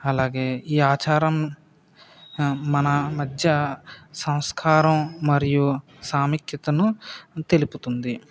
అలాగే ఈ ఆచారం మన మధ్య సంస్కారం మరియు సాముఖ్యతను తెలుపుతుంది